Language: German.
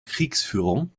kriegsführung